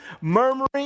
murmuring